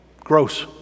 gross